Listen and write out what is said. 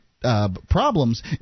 Problems